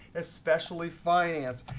especially finance.